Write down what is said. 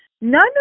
None